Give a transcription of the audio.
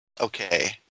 Okay